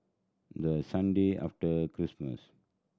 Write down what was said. the Sunday after Christmas